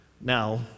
Now